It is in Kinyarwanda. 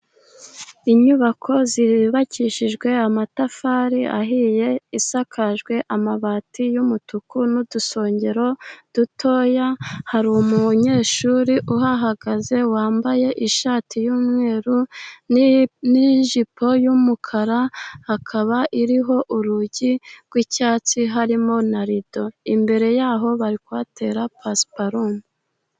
Inyubako zubakishijwe amatafari ahiye, isakajwe amabati y'umutuku n'udusongero dutoya. Hari umunyeshuri uhahagaze wambaye ishati y'umweru n'jipo y'umukara, hakaba iriho urugi rw'icyatsi harimo na rido. Imbere yaho bari kutera pasiparome.